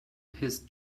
his